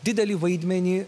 didelį vaidmenį